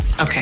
Okay